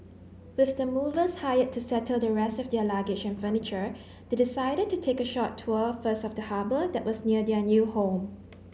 with the movers hired to settle the rest of their luggage and furniture they decided to take a short tour first of the harbour that was near their new home